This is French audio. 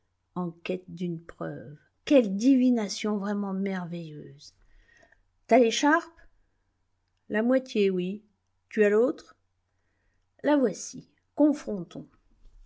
en quête d'une preuve quelle divination vraiment merveilleuse t'as l'écharpe la moitié oui tu as l'autre la voici confrontons